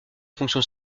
fonction